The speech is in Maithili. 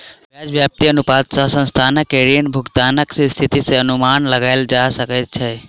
ब्याज व्याप्ति अनुपात सॅ संस्थान के ऋण भुगतानक स्थिति के अनुमान लगायल जा सकै छै